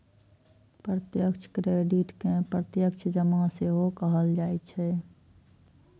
प्रत्यक्ष क्रेडिट कें प्रत्यक्ष जमा सेहो कहल जाइ छै